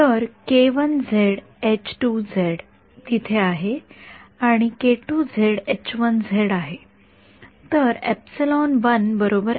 तर तिथे आहे आणि आहे